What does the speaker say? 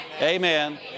Amen